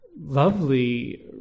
lovely